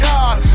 God